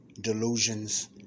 Delusions